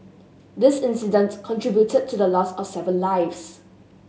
this incident contributed to the loss of seven lives